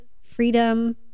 freedom